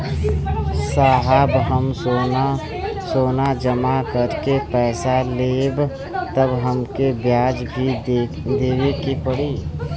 साहब हम सोना जमा करके पैसा लेब त हमके ब्याज भी देवे के पड़ी?